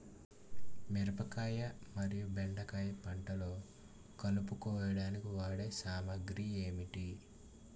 మిరపకాయ మరియు బెండకాయ పంటలో కలుపు కోయడానికి వాడే సామాగ్రి ఏమిటి?